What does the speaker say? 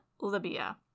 Libya